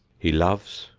he loves,